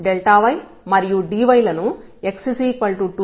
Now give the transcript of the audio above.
మనం y మరియు dy లను x2 వద్ద x1x0